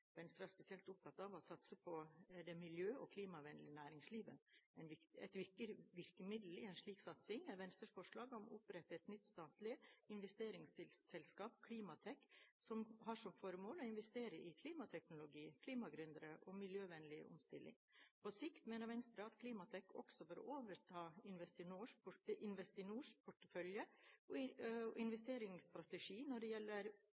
Venstre er spesielt opptatt av å satse på det miljø- og klimavennlige næringslivet. Et viktig virkemiddel i en slik satsing er Venstres forslag om å opprette et nytt statlig investeringsselskap, Klimatek, som har som formål å investere i klimateknologi, klimagründere og miljøvennlig omstilling. På sikt mener Venstre at Klimatek også bør overta Investinors portefølje og investeringsstrategi når det gjelder